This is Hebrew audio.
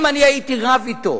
אם אני הייתי רב אתו